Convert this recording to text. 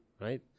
right